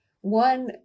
one